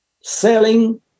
selling